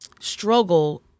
struggle